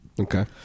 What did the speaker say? Okay